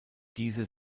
diese